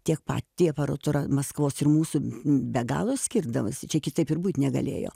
tiek pati aparatūra maskvos ir mūsų be galo skirdavosi čia kitaip ir būti negalėjo